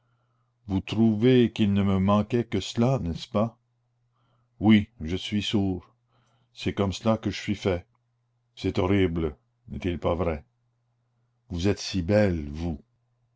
vous trouvez qu'il ne me manquait que cela n'est-ce pas oui je suis sourd c'est comme cela que je suis fait c'est horrible n'est-il pas vrai vous êtes si belle vous